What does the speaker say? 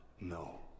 no